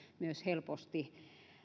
myös helposti